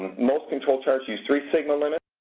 most control charts use three signal limits